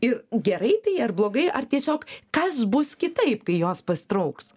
ir gerai tai ar blogai ar tiesiog kas bus kitaip kai jos pasitrauks